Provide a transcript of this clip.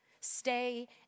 Stay